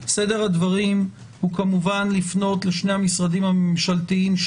סדר הדברים הוא כמובן לפנות לשני המשרדים הממשלתיים,